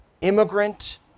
Immigrant